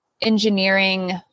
engineering